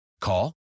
Call